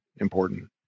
important